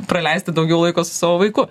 praleisti daugiau laiko su savo vaiku